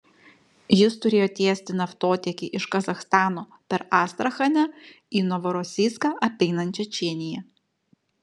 jis turėjo tiesti naftotiekį iš kazachstano per astrachanę į novorosijską apeinant čečėniją